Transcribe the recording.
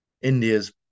India's